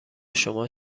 شما